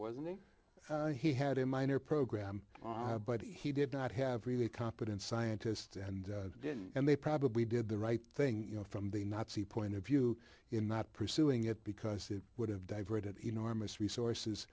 wasn't he had a minor program but he did not have really competent scientists and didn't and they probably did the right thing you know from the nazi point of view in not pursuing it because it would have diverted enormous resources